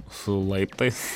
su laiptais